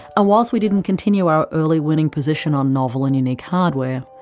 and whilst we didn't continue our early winning position on novel and unique hardware,